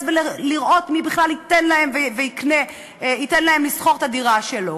ולראות מי בכלל ייתן להם לשכור את הדירה שלו.